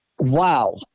Wow